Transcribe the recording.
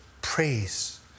praise